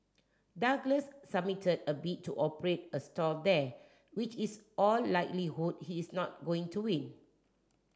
Douglas submitted a bid to operate a stall there which is all likelihood he is not going to win